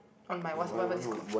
on my what's whatever this called